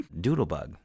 Doodlebug